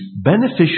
beneficial